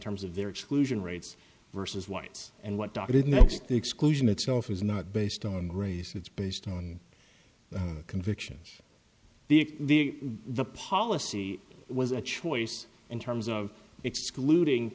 terms of their exclusion rates versus whites and what doc did next the exclusion itself was not based on race it's based on convictions the the policy was a choice in terms of excluding